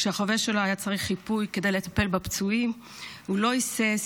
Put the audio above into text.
כשהחבר שלו היה צריך חיפוי כדי לטפל בפצועים הוא לא היסס,